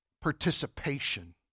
participation